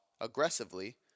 aggressively